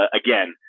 again